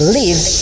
live